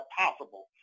possible